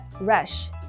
rush